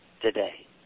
today